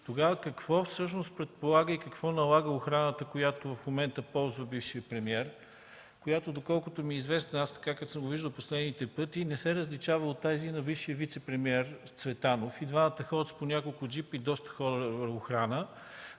тогава всъщност какво налага охраната, която в момента ползва бившия премиер, която, доколкото ми е известно, както съм го виждал последните пъти, не се различава от тази на бившия вицепремиер Цветанов? И двамата ходят с няколко джипа и доста хора охрана.